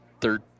third